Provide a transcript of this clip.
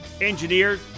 Engineered